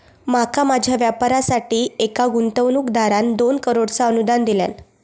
माका माझ्या व्यापारासाठी एका गुंतवणूकदारान दोन करोडचा अनुदान दिल्यान